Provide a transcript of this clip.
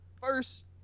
First